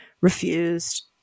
refused